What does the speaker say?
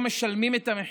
והיום הם משלמים את המחיר.